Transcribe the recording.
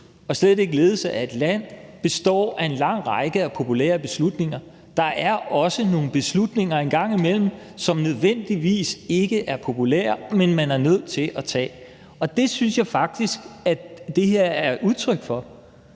og slet ikke ledelse af et land, består af en lang række af populære beslutninger. Der er også nogle beslutninger en gang imellem, som ikke nødvendigvis er populære, men som man er nødt til at tage, og det synes jeg faktisk at det her er udtryk for.